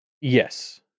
Yes